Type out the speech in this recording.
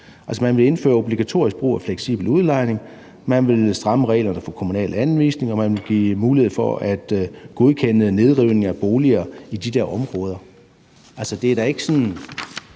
man vil indføre obligatorisk brug af fleksibel udlejning, man vil stramme reglerne for kommunal anvisning, og man vil give mulighed for at godkende nedrivning af boliger i de her områder.